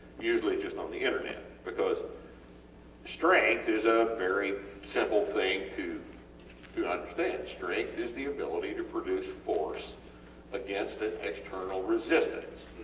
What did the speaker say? usually just on the internet, because strength is a very simple thing to to understand. strength is the ability to produce force against an external resistance,